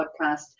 podcast